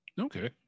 Okay